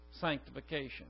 sanctification